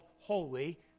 Holy